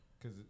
Cause